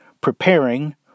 preparing